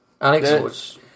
Alex